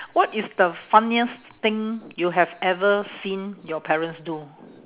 what is the funniest thing you have ever seen your parents do